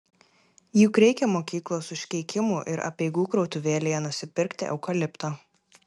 juk reikia mokyklos užkeikimų ir apeigų krautuvėlėje nusipirkti eukalipto